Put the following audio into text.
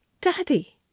Daddy